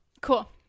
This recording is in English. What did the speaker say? Cool